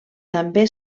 també